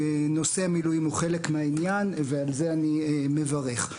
הוא חלק מהעניין ועל זה אני מברך.